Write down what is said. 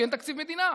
כי אין תקציב מדינה,